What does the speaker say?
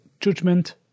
Judgment